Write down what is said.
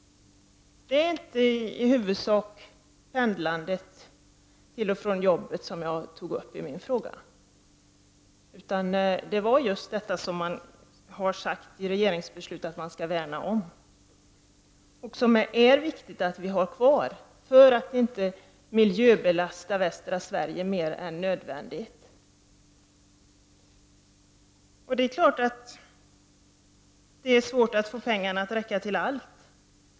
Det är inte i huvudsak pendlandet till och från jobbet som jag avser i min interpellation. Den rör just det som man i regeringsbeslutet har sagt att man skall värna om och som är viktigt att ha kvar, för att inte miljöbelastningen på västra Sverige skall bli större än nödvändigt. Det är klart att det är svårt att få pengarna att räcka till allt.